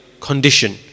condition